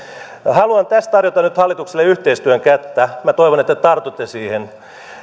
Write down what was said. haluan tässä tarjota nyt hallitukselle yhteistyön kättä minä toivon että te tartutte siihen me haluamme